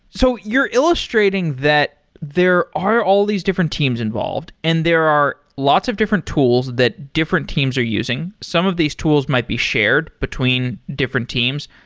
so you're illustrating that there are all these different teams involved and there are lots of different tools that different teams are using. some of these tools might be shared between different teams.